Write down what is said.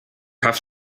have